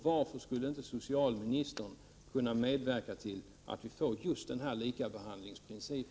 Varför skulle inte socialministern kunna medverka till att vi får denna likabehandlingsprincip?